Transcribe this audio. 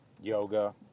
Yoga